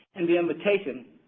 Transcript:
in the invitation,